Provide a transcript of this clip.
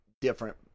different